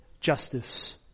justice